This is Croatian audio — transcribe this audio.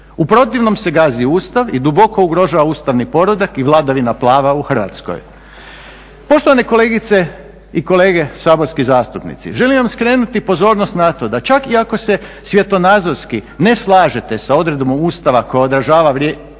U protivnom se gazi Ustav i duboko ugrožava ustavni poredak i vladavina prava u Hrvatskoj. Poštovane kolegice i kolege saborski zastupnici, želim vam skrenuti pozornost na to da čak i ako se svjetonazorski ne slažete sa odredbom Ustava koja odražava vrijednosti